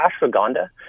Ashwagandha